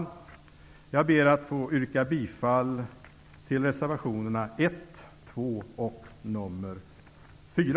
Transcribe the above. Förutom till reservationerna 1 och 2 ber jag att få yrka bifall till reservation 4.